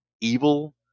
evil